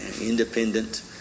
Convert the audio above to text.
Independent